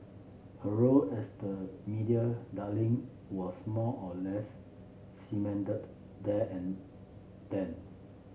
her role as the media darling was more or less cemented there and then